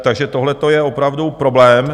Takže tohleto je opravdu problém.